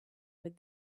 with